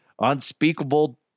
unspeakable